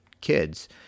kids